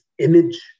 image